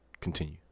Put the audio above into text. Continue